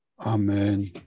Amen